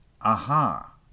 aha